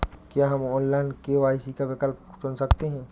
क्या हम online KYC का विकल्प चुन सकते हैं?